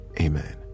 amen